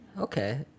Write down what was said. Okay